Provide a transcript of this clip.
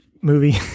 movie